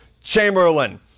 Chamberlain